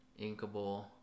inkable